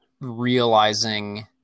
realizing